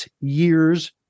years